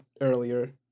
earlier